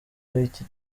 w’iki